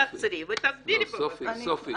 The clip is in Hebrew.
תעצרי ותסבירי בבקשה.